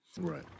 Right